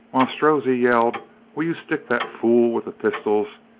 while strozzi yelled will you stick that fool with the pistols?